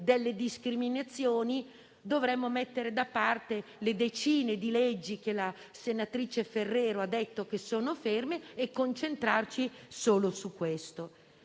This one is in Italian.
delle discriminazioni dovremmo mettere da parte le decine di leggi che la senatrice Ferrero ha detto essere ferme e concentrarci solo su questo.